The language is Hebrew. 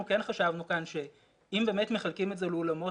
אנחנו כן חשבנו כאן שאם מחלקים את זה לאולמות,